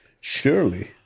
Surely